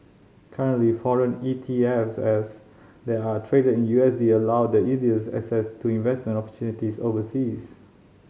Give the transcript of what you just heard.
currently foreign E T F s that are traded in U S D allow the easiest access to investment opportunities overseas